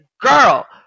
Girl